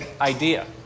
idea